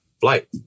flight